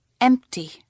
Empty